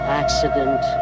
accident